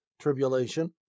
tribulation